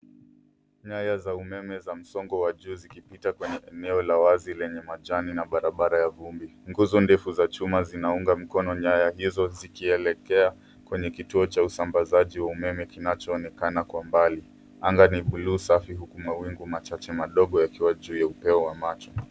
Nyaya za umeme za msongo wa juu zikipita kwenye eneo la wazi lenye majani na barabara ya vumbi. Nguzo ndefu za chuma zinaunga mkono nyaya hizo zikielekea kwenye kituo cha usambazaji wa umeme kinachoonekana kwa umbali. Anga ni buluu safi huku mawingu machache madogo yakiwa juu ya upeo wa macho.